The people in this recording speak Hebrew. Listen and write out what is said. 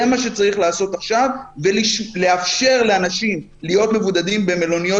מה שצריך לעשות עכשיו זה לאפשר לאנשים להיות מבודדים במלוניות